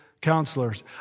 counselors